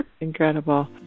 Incredible